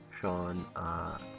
Sean